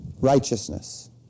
righteousness